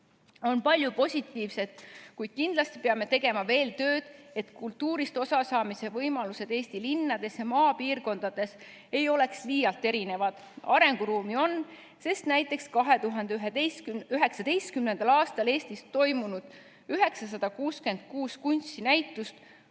On palju positiivset, kuid kindlasti peame tegema veel tööd, et kultuurist osasaamise võimalused Eesti linnades ja maapiirkondades ei oleks liialt erinevad. Arenguruumi on, sest näiteks 2019. aastal Eestis toimunud 966 kunstinäitusest